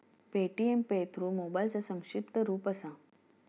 Paytm pay through मोबाईलचा संक्षिप्त रूप असा